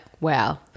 wow